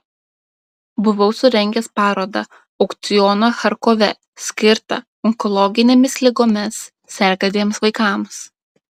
buvau surengęs parodą aukcioną charkove skirtą onkologinėmis ligomis sergantiems vaikams